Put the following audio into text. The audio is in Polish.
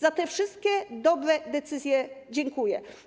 Za te wszystkie dobre decyzje dziękuję.